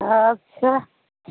अच्छा